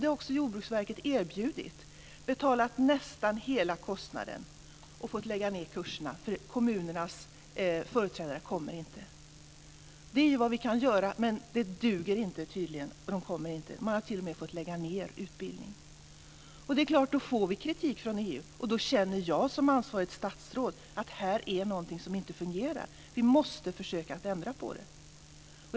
Det har också Jordbruksverket erbjudit, och man har betalat nästan hela kostnaden. Sedan har man fått lägga ned kurserna därför att kommunernas företrädare inte kommer. Det är vad vi kan göra. Men utbildningarna duger tydligen inte eftersom deltagarna inte kommer, och utbildningar har fått läggas ned. Då får vi kritik från EU. Då känner jag som ansvarigt statsråd att här är någonting som inte fungerar. Vi måste försöka ändra på detta.